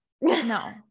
No